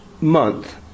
month